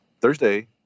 Thursday –